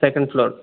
second floor